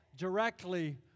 directly